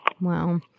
Wow